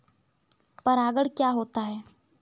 परागण क्या होता है?